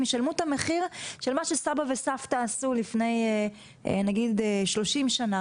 ישלמו את המחיר של מה שסבא וסבתא עשו לפני 30 שנה,